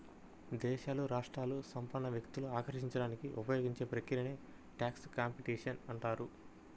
దేశాలు, రాష్ట్రాలు సంపన్న వ్యక్తులను ఆకర్షించడానికి ఉపయోగించే ప్రక్రియనే ట్యాక్స్ కాంపిటీషన్ అంటారు